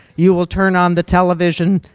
you will turn on the television.